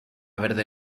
verde